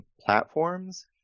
platforms